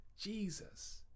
Jesus